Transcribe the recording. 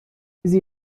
sie